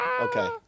Okay